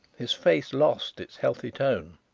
his face lost its healthy tone.